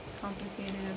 complicated